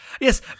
yes